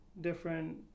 different